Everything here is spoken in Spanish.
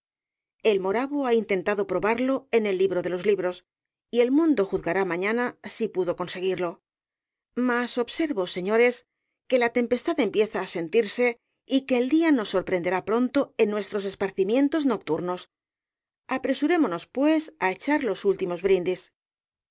el moravo ha intentado probarlo en el libro de los libros y el mundo juzgará mañana si pudo conseguirlo mas observo señores que la tempestad empieza á sentirse y que el día nos sorprenderá pronto en nuestros esparcimientos nocturnos apresurémonos pues á echar los últimos brindis